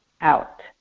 out